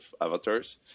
avatars